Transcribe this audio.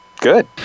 Good